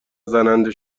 زننده